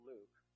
Luke